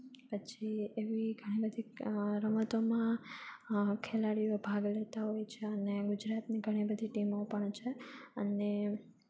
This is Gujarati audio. પછી એવી ઘણી બધી રમતોમાં ખેલાડીઓ ભાગ લેતા હોય છે અને ગુજરાતની ઘણી બધી ટીમો પણ છે અને